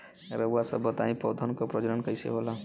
रउआ सभ बताई पौधन क प्रजनन कईसे होला?